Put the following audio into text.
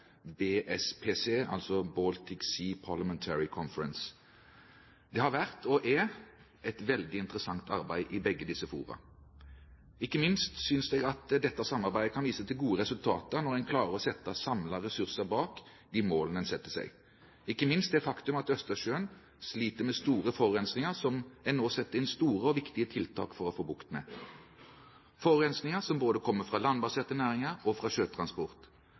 BSPC, altså Baltic Sea Parliamentary Conference. Det har vært og er et veldig interessant arbeid i begge disse fora. Ikke minst synes jeg at dette samarbeidet kan vise til gode resultat når en klarer å sette samlede ressurser bak de målene en setter seg. Det er et faktum at Østersjøen sliter med mye forurensning, som en nå setter inn store og viktige tiltak for å få bukt med, forurensning som kommer både fra landbaserte næringer og fra sjøtransport,